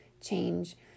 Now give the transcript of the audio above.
change